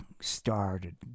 started